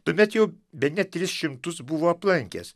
tuomet jau bene tris šimtus buvo aplankęs